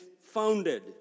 founded